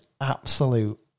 absolute